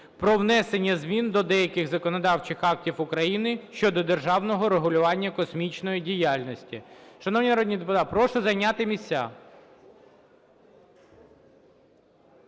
про внесення змін до деяких законодавчих актів України щодо державного регулювання космічної діяльності. Шановні народні депутати, прошу зайняти місця.